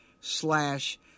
slash